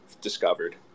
discovered